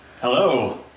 Hello